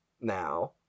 now